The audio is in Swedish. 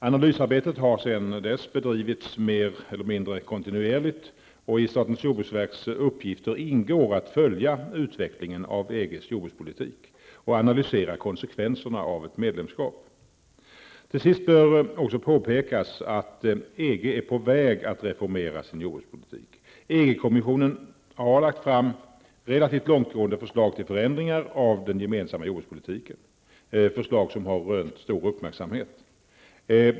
Analysarbetet har sedan dess bedrivits mer eller mindre kontinuerligt, och i statens jordbruksverks uppgifter ingår att följa utvecklingen av EGs jordbrukspolitik och analysera konsekvenserna av ett medlemskap. Till sist bör även påpekas att EG är på väg att reformera sin jordbrukspolitik. EG-kommissionen har lagt fram relativt långtgående förslag till förändringar av den gemensamma jordbrukspolitiken, förslag som har rönt stor uppmärksamhet.